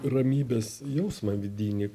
ramybės jausmą vidinį